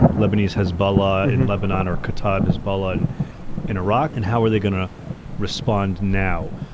lebanese hezbollah in lebanon or kataib hezbollah and in iraq. and how are they going to respond now?